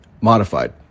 modified